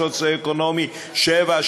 סוציו-אקונומי 7,